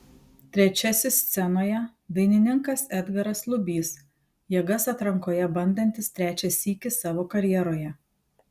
trečiasis scenoje dainininkas edgaras lubys jėgas atrankoje bandantis trečią sykį savo karjeroje